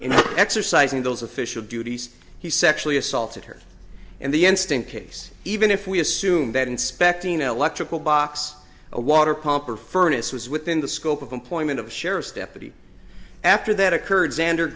in exercising those official duties he sexually assaulted her and the instant case even if we assume that inspecting an electrical box a water pump or furnace was within the scope of employment of a sheriff's deputy after that occurred zand